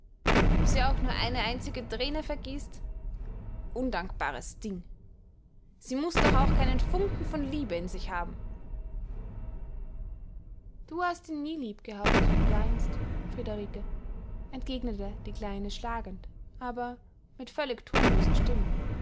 ob sie auch nur eine einzige thräne vergießt undankbares ding sie muß doch auch keinen funken von liebe in sich haben du hast ihn nie lieb gehabt und weinst friederike entgegnete die kleine schlagend aber mit völlig tonloser stimme